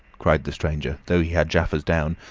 cried the stranger, though he had jaffers down,